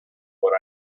when